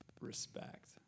Respect